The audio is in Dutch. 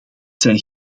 zijn